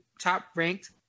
top-ranked